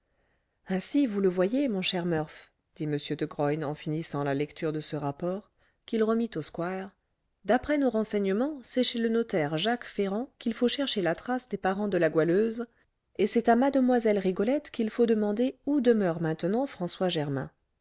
ainsi vous le voyez mon cher murph dit m de graün en finissant la lecture de ce rapport qu'il remit au squire d'après nos renseignements c'est chez le notaire jacques ferrand qu'il faut chercher la trace des parents de la goualeuse et c'est à mlle rigolette qu'il faut demander où demeure maintenant françois germain